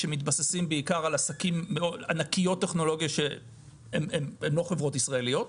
שמתבססים בעיקר על ענקיות טכנולוגיה שהן לא חברות ישראליות,